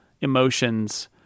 emotions